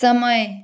समय